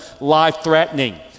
life-threatening